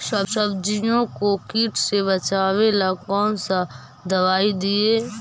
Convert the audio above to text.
सब्जियों को किट से बचाबेला कौन सा दबाई दीए?